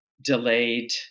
delayed